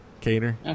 Cater